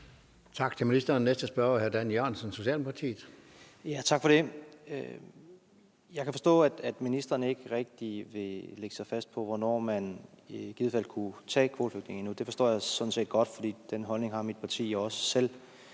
Tak til ministeren. Den næste spørger er hr. Dan Jørgensen, Socialdemokratiet. Kl. 17:14 Dan Jørgensen (S): Tak for det. Jeg kan forstå, at ministeren ikke rigtig nu vil lægge sig fast på, hvornår man i givet fald kunne tage kvoteflygtninge, og det forstår jeg sådan set godt, for den holdning har mit parti også selv.